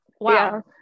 wow